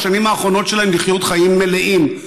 בשנים האחרונות שלהם לחיות חיים מלאים,